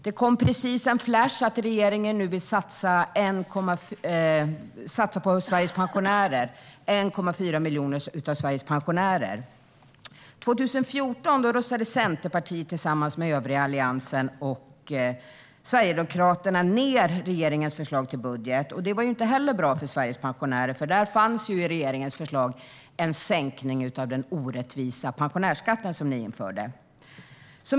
Det kom precis en flash om att regeringen nu vill satsa på 1,4 miljoner av Sveriges pensionärer. År 2014 röstade Centerpartiet tillsammans med övriga Alliansen och Sverigedemokraterna ned regeringens förslag till budget. Det var inte heller bra för Sveriges pensionärer, för i regeringens förslag fanns en sänkning av den orättvisa pensionärsskatten som ni införde.